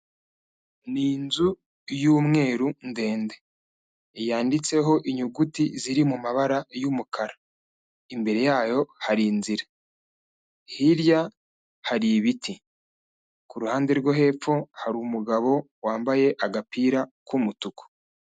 Ni nzu y'umweru ndende. Yanditseho inyuguti ziri mu mabara y'umukara. Imbere yayo hari inzira. Hirya hari ibiti. Ku ruhande rwo hepfo hari umugabo wambaye agapira k'umutuku.